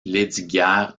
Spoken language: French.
lesdiguières